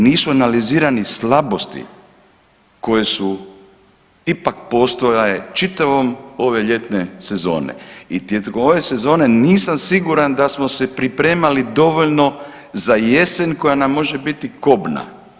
Nisu analizirane slabosti koje su ipak postojale čitave ove ljetne sezone i tijekom ove sezone nisam siguran da smo se pripremali dovoljno za jesen koja nam može biti kobna.